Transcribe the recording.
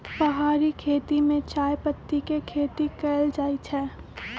पहारि खेती में चायपत्ती के खेती कएल जाइ छै